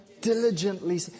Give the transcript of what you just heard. diligently